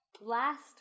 Last